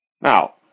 Now